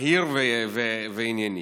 מהיר וענייני.